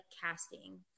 casting